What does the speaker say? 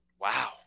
Wow